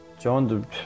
John